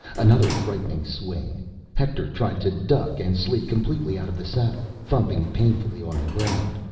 another frightening swing hector tried to duck and slid completely out of the saddle, thumping painfully on the ground,